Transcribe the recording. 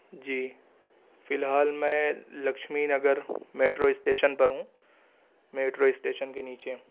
جی فی الحال میں لکچھمی نگر میٹرو اسٹیشن پر ہوں میٹرو اسٹیشن کے نیچے ہوں